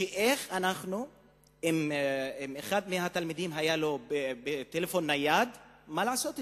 אם לאחד מהתלמידים היה טלפון נייד, מה לעשות אתו.